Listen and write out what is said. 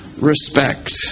respect